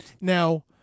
Now